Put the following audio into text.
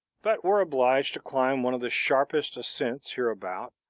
but were obliged to climb one of the sharpest ascents hereabout,